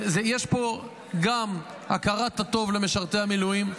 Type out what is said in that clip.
יש פה גם הכרת הטוב למשרתי המילואים,